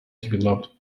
developed